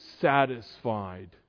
satisfied